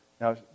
Now